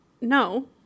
No